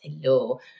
Hello